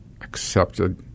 accepted